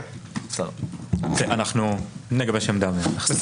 נגבש עמדה ונחזור